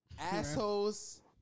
Assholes